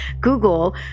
Google